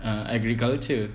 ah agriculture